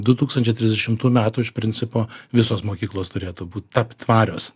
du tūkstančiai trisdešimtų metų iš principo visos mokyklos turėtų būt tapt tvarios